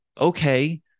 okay